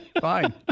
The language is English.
Fine